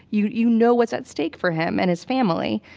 you you know what's at stake for him and his family.